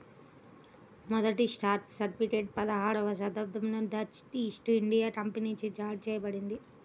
మొదటి stock certificate పదహారవ శతాబ్దంలోనే డచ్ ఈస్ట్ ఇండియా కంపెనీచే జారీ చేయబడింది